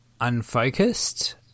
unfocused